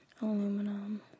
Aluminum